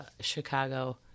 chicago